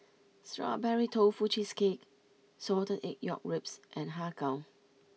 Strawberry Tofu Cheesecake Salted Egg York Ribs and Har Kow